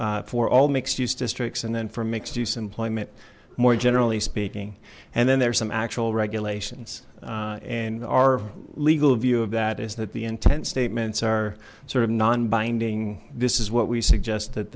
zone for all mixed use districts and then from mix juice employment more generally speaking and then there are some actual regulations and our legal view of that is that the intent statements are sort of non binding this is what we suggest